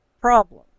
problem